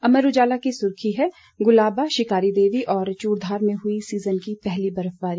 अमर उजाला की सुर्खी है गुलाबा शिकारी देवी और चूड़घार में हुई सीजन की पहली बर्फबारी